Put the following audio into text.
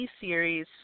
series